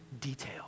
detail